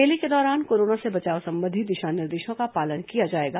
मेले के दौरान कोरोना से बचाव संबंधी दिशा निर्देशों का पालन किया जाएगा